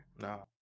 No